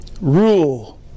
rule